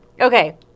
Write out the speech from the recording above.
Okay